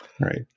Right